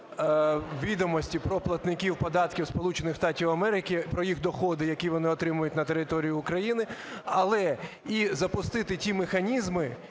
відомості про платників податків Сполучених Штатів Америки, про їх доходи, які вони отримують на території України, але і запустити ті механізми,